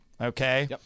okay